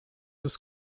des